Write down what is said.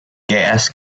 gas